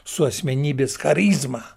su asmenybės charizma